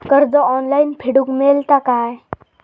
कर्ज ऑनलाइन फेडूक मेलता काय?